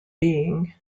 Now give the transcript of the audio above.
being